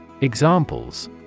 Examples